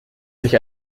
sich